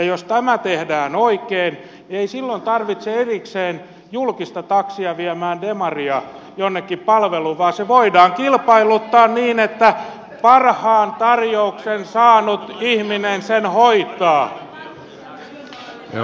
jos tämä tehdään oikein ei silloin tarvita erikseen julkista taksia viemään demaria jonnekin palveluun vaan se voidaan kilpailuttaa niin että parhaan tarjouksen tehnyt ihminen sen hoitaa